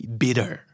bitter